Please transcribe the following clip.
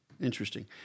Interesting